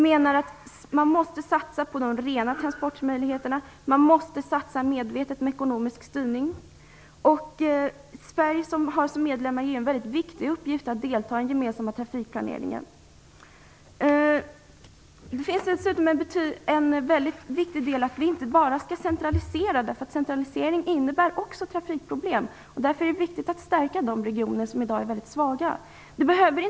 Man måste satsa på de rena transportmöjligheterna och medvetet satsa på ekonomisk styrning. Som medlem i EU har Sverige en viktig uppgift att delta i den gemensamma trafikplaneringen. Dessutom är det viktigt att inte bara centralisera, för centralisering innebär också trafikproblem. Därför är det viktigt att stärka de regioner som i dag är väldigt svaga.